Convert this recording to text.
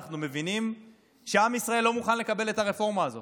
אנחנו מבינים שעם ישראל לא מוכן לקבל את הרפורמה הזאת.